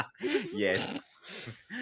Yes